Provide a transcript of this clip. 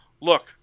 look